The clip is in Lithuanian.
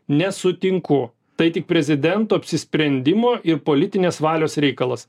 nesutinku tai tik prezidento apsisprendimo ir politinės valios reikalas